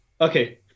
okay